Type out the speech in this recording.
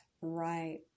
Right